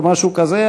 או משהו כזה,